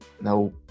No